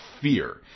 fear